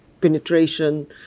penetration